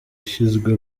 ishyizwe